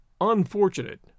unfortunate